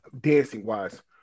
dancing-wise